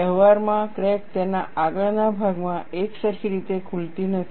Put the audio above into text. વ્યવહારમાં ક્રેક તેના આગળના ભાગમાં એકસરખી રીતે ખુલતી નથી